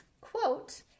Quote